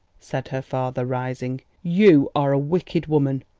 said her father, rising, you are a wicked woman!